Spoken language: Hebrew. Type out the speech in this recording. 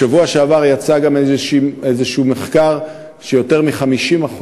בשבוע שעבר יצא גם איזשהו מחקר שיותר מ-50%